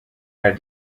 had